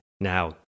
Now